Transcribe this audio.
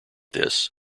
this